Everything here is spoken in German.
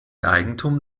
eigentum